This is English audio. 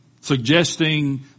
Suggesting